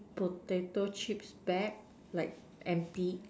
potato chips bag like empty